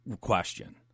question